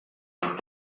und